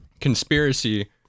conspiracy